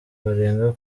barenga